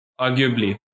Arguably